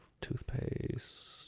toothpaste